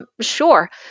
Sure